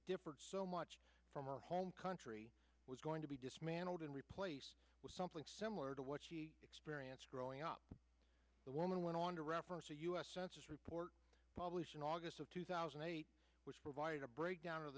differ so much from our home country was going to be dismantled and replaced with something similar to what she experienced growing up the woman went on to reference a u s census report published in august of two thousand and eight which provided a breakdown of